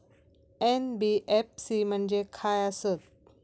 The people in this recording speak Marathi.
एन.बी.एफ.सी म्हणजे खाय आसत?